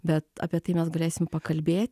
bet apie tai mes galėsim pakalbėt